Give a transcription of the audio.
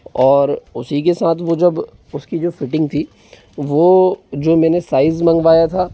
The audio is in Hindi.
और उसी के साथ वो जब उसकी जो फिटिंग थी वो जो मैंने साइज मँगवाया था